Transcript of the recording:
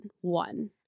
One